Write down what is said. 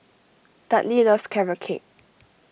Dudley loves Carrot Cake